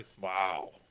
Wow